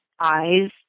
eyes